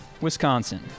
Wisconsin